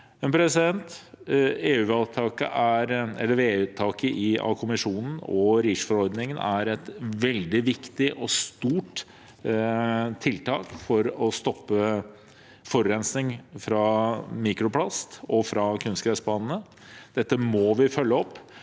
Vedtaket i Kommisjonen og REACH-forordningen er et veldig viktig og stort tiltak for å stoppe forurensning fra mikroplast og kunstgressbaner. Dette må vi følge opp.